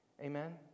Amen